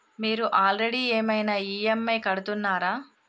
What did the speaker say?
మీరు ఆల్రెడీ ఏమైనా ఈ.ఎమ్.ఐ కడుతున్నారా?